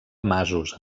masos